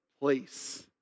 place